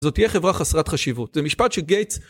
זאת תהיה חברה חסרת חשיבות, זה משפט שגייטס